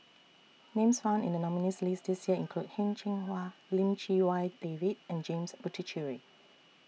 Names found in The nominees' list This Year include Heng Cheng Hwa Lim Chee Wai David and James Puthucheary